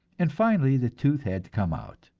and finally the tooth had to come out.